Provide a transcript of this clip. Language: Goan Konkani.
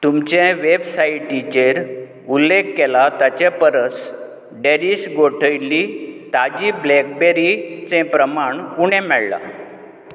तुमचे वेबसायटीचेर उल्लेख केला ताचे परस डॅलीश गोठयल्लीं ताजी ब्लॅकबेरीचें प्रमाण उणें मेळ्ळां